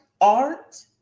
art